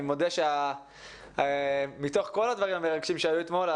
מודה שבתוך כל הדברים המרגשים שהיו אתמול,